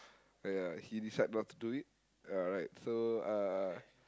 ya he decide not to do it ya alright so uh